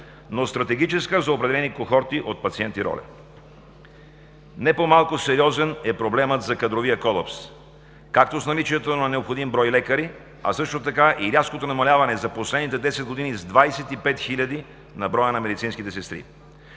но стратегическа за определени кохорти от пациенти роля. Не по-малко сериозен е проблемът за кадровия колапс – както с наличието на необходим брой лекари, а също така и рязкото намаляване за последните десет години с 25 000 на броя на медицинските сестри.